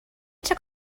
took